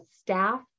staff